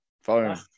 phone